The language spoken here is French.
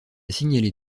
signaler